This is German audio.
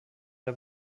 der